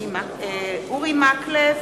אורי מקלב